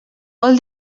vol